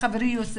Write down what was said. חברי יוסף.